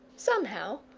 somehow,